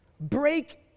Break